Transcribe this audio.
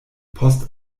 post